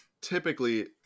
typically